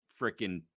freaking